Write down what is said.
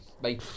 Bye